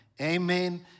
amen